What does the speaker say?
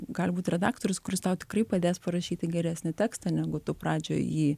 gali būti redaktorius kuris tau tikrai padės parašyti geresnį tekstą negu tu pradžioje jį